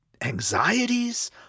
anxieties